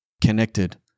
connected